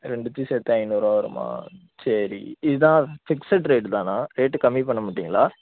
ரெண்டு பீஸ் எடுத்தா ஐநூறுபா வருமா சரி இதுதான் ஃபிக்சட் ரேட்டுதானா ரேட்டு கம்மி பண்ண மாட்டிங்களா